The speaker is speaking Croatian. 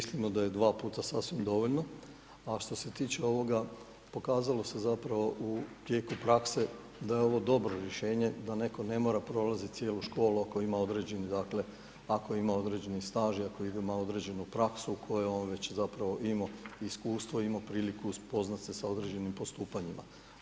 Mislimo da je dva puta sasvim dovoljno, što se tiče ovoga pokazalo se zapravo u tijeku prakse da je ovo dobro rješenje da netko ne mora prolazit cijelu školu, ako ima određeni dakle ako ima određeni staž i ako ima određenu praksu u kojoj je već zapravo imo iskustvo imo priliku upoznat se sa određenim postupanjima.